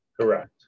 Correct